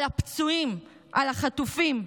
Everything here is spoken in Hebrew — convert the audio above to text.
על הפצועים, על החטופים,